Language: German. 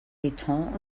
beton